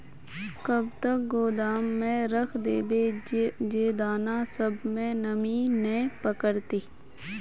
कब तक गोदाम में रख देबे जे दाना सब में नमी नय पकड़ते?